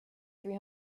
three